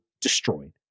destroyed